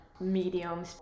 medium